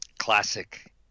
Classic